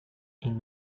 ink